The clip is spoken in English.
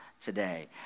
today